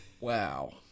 Wow